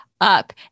up